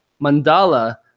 mandala